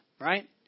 right